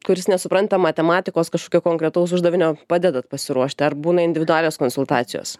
kuris nesupranta matematikos kažkokio konkretaus uždavinio padedat pasiruošti ar būna individualios konsultacijos